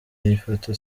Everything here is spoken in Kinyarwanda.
yifata